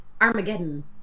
Armageddon